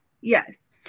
yes